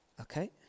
Okay